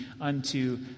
unto